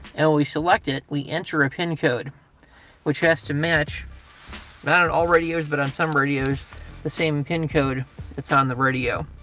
and we select it, we enter a pin code which has to match not on all radios, but on some radios the same pin code that's on the radio.